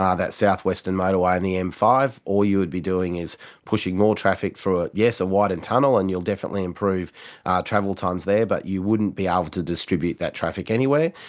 ah that southwestern motorway and the m five, all you would be doing is pushing more traffic through it. yes, a widened tunnel and you'll definitely improve travel times there, but you wouldn't be ah able to distribute that traffic anywhere.